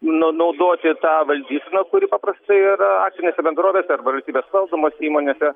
na naudoti tą valdyseną kuri paprastai yra akcinėse bendrovėse arba valstybės valdomose įmonėse